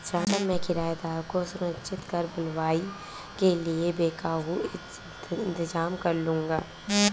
चाचा मैं किराएदार को सूचित कर बुवाई के लिए बैकहो इंतजाम करलूंगा